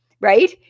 Right